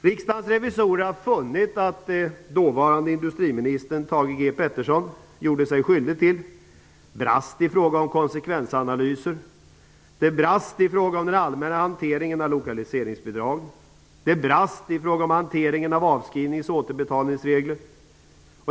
Riksdagens revisorer har funnit att den dåvarande industriministern, Thage G Peterson, gjorde sig skyldig till och brast i fråga om konsekvensanalyser. Det brast i fråga om den allmänna hanteringen av lokaliseringsbidrag. Det brast i fråga om hanteringen av avskrivnings och återbetalningsregler.